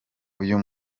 uyu